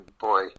boy